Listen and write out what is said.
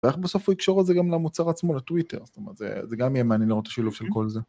ואיך בסוף הוא יקשור את זה גם למוצר עצמו לטוויטר זאת אומרת זה גם יהיה מעניין לראות את השילוב של כל זה.